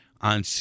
on